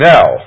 Now